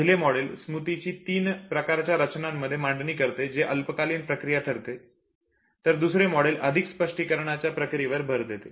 पहिले मॉडेल स्मृतीची तीन प्रकारच्या रचनांमध्ये मांडणी करते जे अल्पकालीन प्रक्रिया ठरते तर दुसरे मॉडेल अधिक स्पष्टीकरणा च्या प्रक्रियेवर भर देते